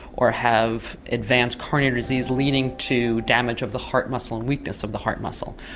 or have advanced coronary disease leaning to damage of the heart muscle and weakness of the heart muscle.